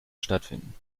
stattfinden